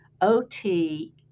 OT